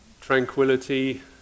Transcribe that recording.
Tranquility